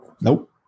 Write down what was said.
Nope